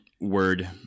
word